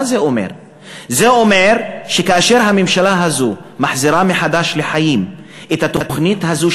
זה אומר שכאשר הממשלה הזאת מחזירה מחדש לעולם את התוכנית הזאת,